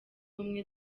ubumwe